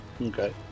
Okay